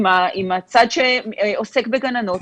עם הצד שעוסק בגננות,